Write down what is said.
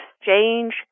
Exchange